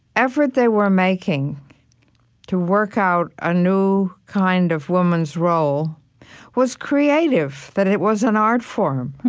effort they were making to work out a new kind of woman's role was creative, that it was an art form